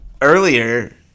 earlier